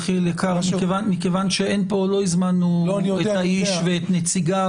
מכיוון שלא הזמנו את האיש או נציגיו